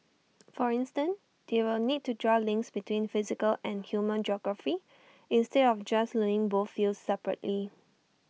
for instance they will need to draw links between physical and human geography instead of just learning both fields separately